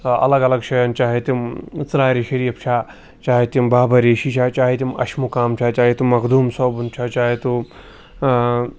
الگ الگ جایَن چاہے تِم ژرٛارِ شریٖف چھا چاہے تِم بابا ریشی یا چاہے تِم اشمُقام چھا چاہے تِم مخدوٗم صٲبُن چھا چاہے تِم